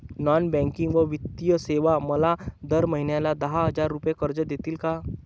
Non banking व वित्तीय सेवा मला दर महिन्याला दहा हजार रुपये कर्ज देतील का?